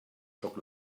sóc